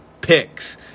picks